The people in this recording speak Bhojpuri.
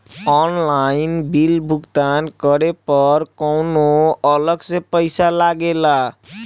ऑनलाइन बिल भुगतान करे पर कौनो अलग से पईसा लगेला?